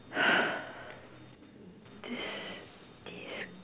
this this